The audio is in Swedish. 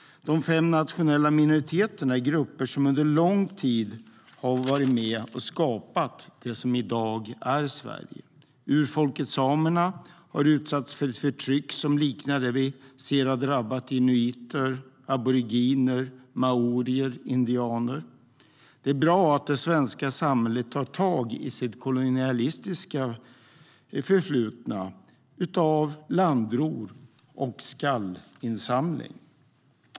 De fem nationella minoriteterna är grupper som under lång tid har varit med och skapat det som i dag är Sverige. Urfolket samerna har utsatts för ett förtryck som liknar det som drabbat inuiter, aboriginer, maorier och indianer. Det är bra att det svenska samhället tar tag i sitt kolonialistiska förflutna med landrov och skallinsamling.